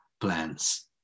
plans